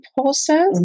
process